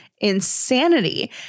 insanity